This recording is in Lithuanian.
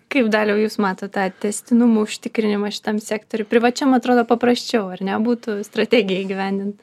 kaip dariau jūs matot tą tęstinumo užtikrinimą šitam sektoriui privačiam atrodo paprasčiau ar ne būtų strategijai įgyvendint